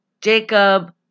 Jacob